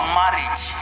marriage